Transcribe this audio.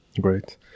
Great